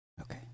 Okay